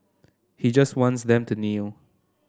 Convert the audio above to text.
he just wants them to kneel